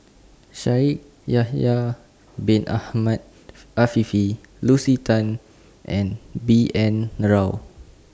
Shaikh Yahya Bin Ahmed Afifi Lucy Tan and B N Rao